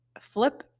flip